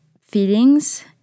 feelings